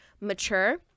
mature